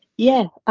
yeah.